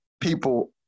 people